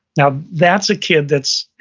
now, that's a kid that's,